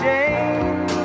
Jane